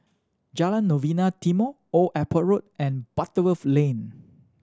Jalan Novena Timor Old Airport Road and Butterworth Lane